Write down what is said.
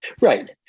Right